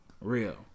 real